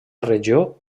regió